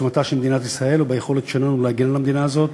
בעוצמתה של מדינת ישראל וביכולת שלנו להגן על המדינה הזו.